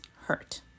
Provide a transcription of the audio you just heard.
hurt